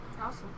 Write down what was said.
Awesome